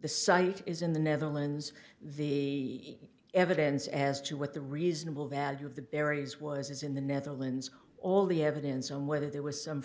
the cite is in the netherlands the evidence as to what the reasonable value of the berries was is in the netherlands all the evidence on whether there was some